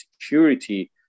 security